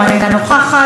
אינה נוכחת,